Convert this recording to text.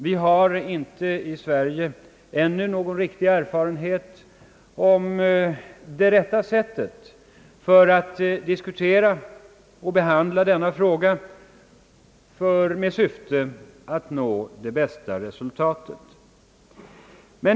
Vi har i Sverige t.o.m. ännu inte någon riktig erfarenhet beträffande det rätta sättet att diskutera och behandla stödet till u-länderna för att nå det bästa resultatet.